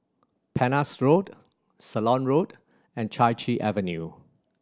Penhas Road Ceylon Road and Chai Chee Avenue